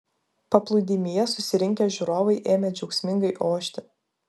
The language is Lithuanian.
paplūdimyje susirinkę žiūrovai ėmė džiaugsmingai ošti